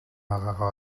байгаагаа